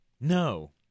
No